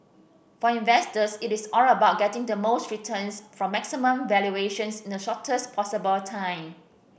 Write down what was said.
for investors it is all about getting the most returns from maximum valuations in the shortest possible time